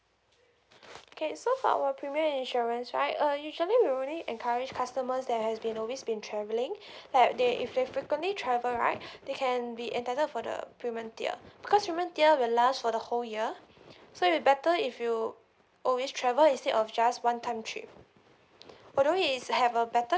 okay so for our premium insurance right uh usually we only encourage customers that has been always been travelling like they if they frequently travel right they can be entitled for the premium tier because premium tier will last for the whole year so it'll be better if you always travel instead of just one time trip although it is have a better